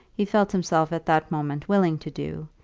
he felt himself at that moment willing to do,